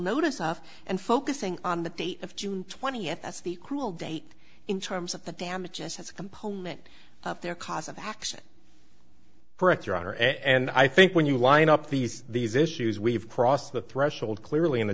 notice of and focusing on the date of june twentieth as the cruel date in terms of the damages as a component of their cause of action for it your honor and i think when you line up these these issues we've crossed the threshold clearly in the